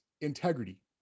integrity